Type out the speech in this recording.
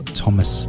thomas